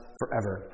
forever